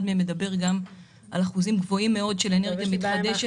אחד מהם מדבר גם על אחוזים גבוהים מאוד של אנרגיה מתחדשת.